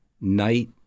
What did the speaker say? night